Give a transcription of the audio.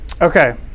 Okay